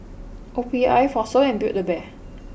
O P I Fossil and Build A Bear